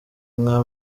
nka